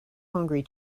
hungry